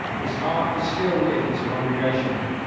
his heart was still with his congregation.